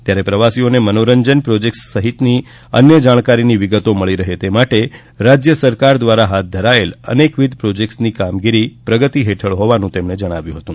ત્યારે પ્રવાસીઓને મનોરંજન પ્રોજેકટસ સહિતની અન્ય જાણકારીની વિગતો મળી રહે તે માટે રાજય સરકાર દ્વારા હાથ ધરાયેલ અનેકવિધ પ્રોજેકટની કામગીરી પ્રગતિ હેઠળ હોવાનું તેમણે ઉમેર્યુ હતું